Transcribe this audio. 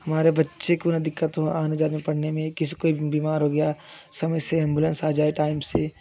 हमारे बच्चे को ना दिक्कत हो आने जाने पढ़ने में किसी कोई बीमार हो गया समय से एंबुलेंस आ जाए टाइम से